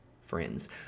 friends